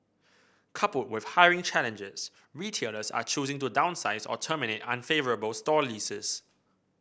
coupled with hiring challenges retailers are choosing to downsize or terminate unfavourable store leases